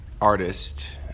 artist